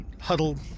huddle